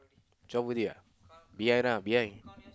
twelve already ah behind lah behind